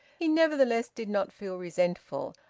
he nevertheless did not feel resentful,